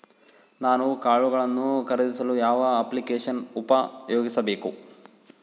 ನಾನು ಕಾಳುಗಳನ್ನು ಖರೇದಿಸಲು ಯಾವ ಅಪ್ಲಿಕೇಶನ್ ಉಪಯೋಗಿಸಬೇಕು?